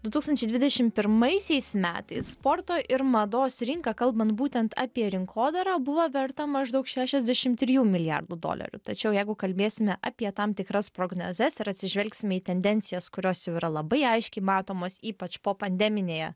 du tūkstančiai dvidešim pirmaisiais metais sporto ir mados rinka kalbant būtent apie rinkodarą buvo verta maždaug šešiasdešim trijų milijardų dolerių tačiau jeigu kalbėsime apie tam tikras prognozes ir atsižvelgsime į tendencijas kurios jau yra labai aiškiai matomos ypač popandeminėje